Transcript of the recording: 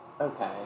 Okay